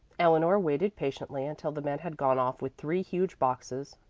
eleanor waited patiently until the men had gone off with three huge boxes,